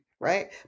right